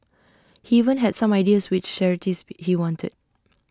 he even had some ideas which charities he wanted